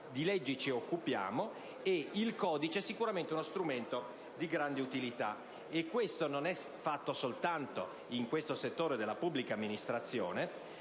di leggi ci occupiamo, e il codice è sicuramente uno strumento di grande utilità. Un codice non viene fatto soltanto nel settore della pubblica amministrazione,